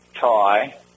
tie